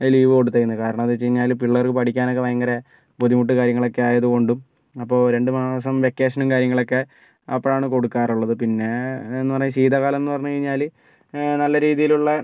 leave കൊടുത്തേക്കുന്നത് കാരണം എന്ന് വെച്ച് കഴിഞ്ഞാല് പിള്ളേർക്ക് പഠിക്കാൻ ഒക്കെ ഭയങ്കര ബുദ്ധിമുട്ട് കാര്യങ്ങളൊക്കെ ആയത് കൊണ്ടും അപ്പോൾ രണ്ട് മാസം വെക്കേഷനും കാര്യങ്ങളൊക്കെ അപ്പഴാണ് കൊടുക്കാറുള്ളത് പിന്നെ എന്ന് പറഞ്ഞാല് ശീതകാലം എന്ന് പറഞ്ഞു കഴിഞ്ഞാല് നല്ല രീതിയിലുള്ള